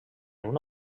una